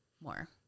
more